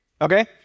Okay